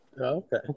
Okay